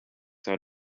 how